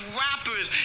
rappers